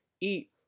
eat